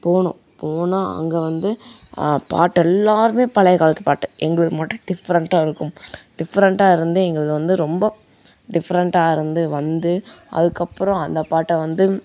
போனோம் போனால் அங்கே வந்து பாட்டு எல்லாேருமே பழைய காலத்து பாட்டு எங்களுக்கு மட்டும் டிஃப்ரெண்ட்டாக இருக்கும் டிஃப்ரெண்ட்டாக இருந்து எங்களுது வந்து ரொம்ப டிஃப்ரெண்ட்டாக இருந்து வந்து அதுக்கப்புறம் அந்த பாட்டை வந்து